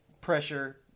pressure